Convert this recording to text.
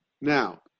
Now